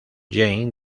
jane